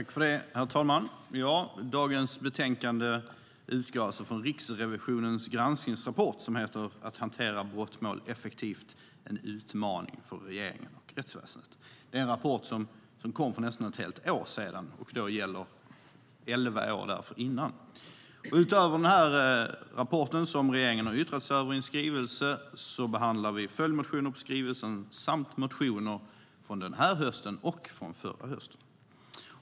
Herr talman! Dagens betänkande utgår från Riksrevisionens granskningsrapport som heter Att hantera brottmål effektivt - en utmaning för regeringen och rättsväsendet . Det är en rapport som kom för nästan ett helt år sedan och som gäller elva år dessförinnan. Utöver denna rapport, som regeringen har yttrat sig över i en skrivelse, behandlar vi följdmotioner på skrivelsen samt motioner från denna höst och från förra hösten.